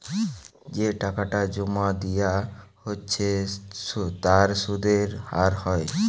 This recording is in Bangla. যে টাকাটা জোমা দিয়া হচ্ছে তার সুধের হার হয়